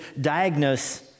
diagnose